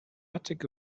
attic